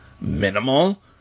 minimal